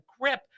grip